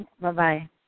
Bye-bye